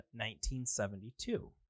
1972